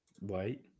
wait